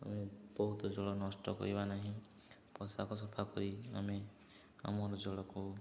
ଆମେ ବହୁତ ଜଳ ନଷ୍ଟ କରିବା ନାହିଁ ପୋଷାକ ସଫା କରି ଆମେ ଆମର ଜଳକୁ